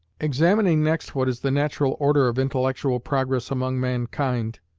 examining next what is the natural order of intellectual progress among mankind,